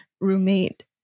roommate